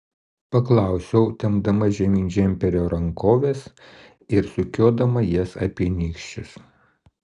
paklausiau tempdama žemyn džemperio rankoves ir sukiodama jas apie nykščius